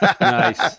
Nice